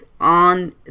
on